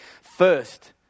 First